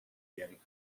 jęk